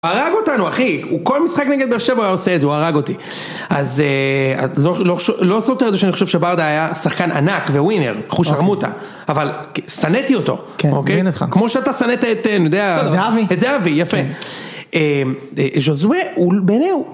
הרג אותנו אחי, הוא כל משחק נגד באר שבע הוא עושה את זה, הוא הרג אותי. אז לא סותר את זה שאני חושב שברדה היה שחקן ענק וווינר, אחוש שרמוטה. אבל שנאתי אותו, כמו שאתה שנאת את... זהבי? את זהבי, יפה. ז'וזווה הוא בעיני.